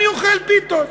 עני אוכל פיתות.